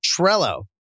Trello